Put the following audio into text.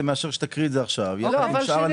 הנציג